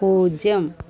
പൂജ്യം